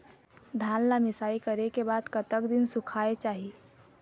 धान ला मिसाई करे के बाद कतक दिन सुखायेक चाही?